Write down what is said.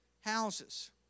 houses